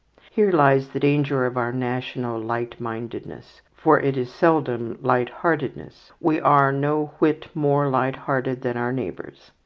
here lies the danger of our national light-mindedness for it is seldom light-heartedness we are no whit more light-hearted than our neighbours.